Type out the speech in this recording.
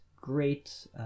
great